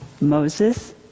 Moses